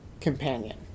companion